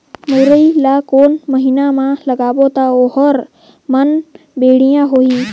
मुरई ला कोन महीना मा लगाबो ता ओहार मान बेडिया होही?